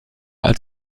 als